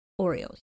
Oreos